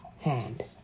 hand